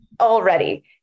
already